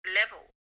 level